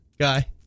guy